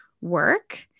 work